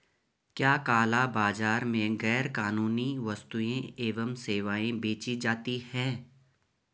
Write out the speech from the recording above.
क्या काला बाजार में गैर कानूनी वस्तुएँ एवं सेवाएं बेची जाती हैं?